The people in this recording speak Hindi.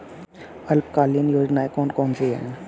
अल्पकालीन योजनाएं कौन कौन सी हैं?